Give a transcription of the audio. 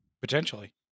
Potentially